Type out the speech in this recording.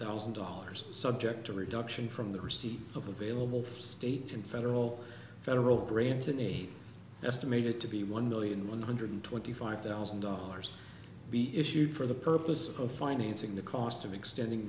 thousand dollars subject to reduction from the receipt of available for state and federal federal grants any estimated to be one million one hundred twenty five thousand dollars be issued for the purpose of financing the cost of extending